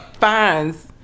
fines